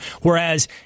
whereas